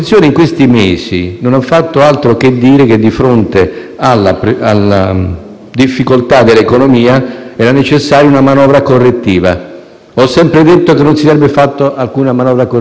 Non l'abbiamo fatta perché era evidente che, di fronte a un rallentamento forte dell'economia, non si fanno manovre fiscali restrittive.